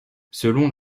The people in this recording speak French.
selon